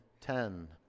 ten